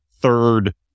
third